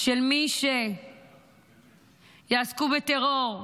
שמי שיעסקו בטרור,